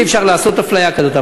אי-אפשר לעשות אפליה כזאת.